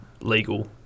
legal